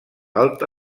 alta